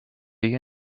you